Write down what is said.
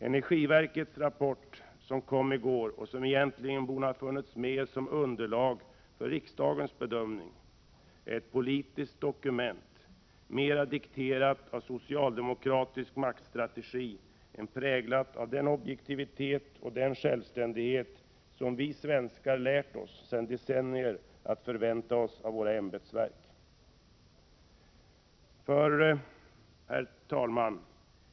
Energiverkets rapport, som kom i går och som egentligen borde ha funnits med som underlag för riksdagens bedömning, är ett politiskt dokument mera dikterat av socialdemokratisk maktstrategi än präglat av den objektivitet och självständighet, som vi svenskar i decennier lärt oss att förvänta från våra ämbetsverk. Herr talman!